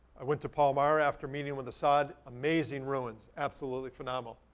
i went to palmyra after meeting with assad, amazing ruins, absolutely phenomenal.